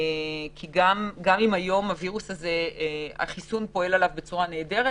כי גם אם היום החיסון פועל על הווירוס הזה בצורה נהדרת,